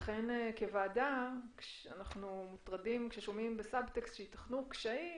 לכן כוועדה אנחנו מוטרדים כשאנחנו שומעים בסבטקסט שייתכנו קשיים